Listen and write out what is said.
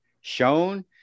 shown